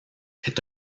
est